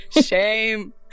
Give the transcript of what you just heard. Shame